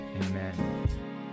Amen